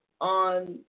on